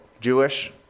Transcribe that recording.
Jewish